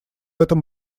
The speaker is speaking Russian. этом